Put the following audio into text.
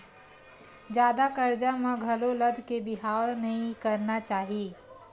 जादा करजा म घलो लद के बिहाव नइ करना चाही